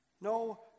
No